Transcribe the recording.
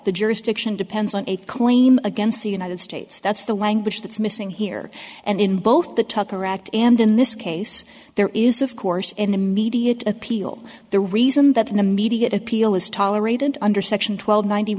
the jurisdiction depends on a claim against the united states that's the language that's missing here and in both the tucker act and in this case there is of course an immediate appeal the reason that an immediate appeal is tolerated under section twelve ninety